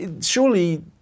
surely